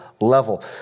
level